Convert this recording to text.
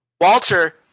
Walter